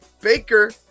Baker